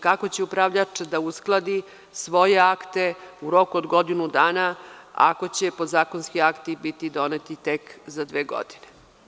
Kako će upravljač da uskladi svoje akte u roku od godinu dana, ako će podzakonski akti biti doneti tek za dve godine?